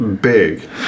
big